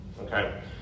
Okay